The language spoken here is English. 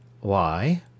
Why